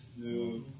No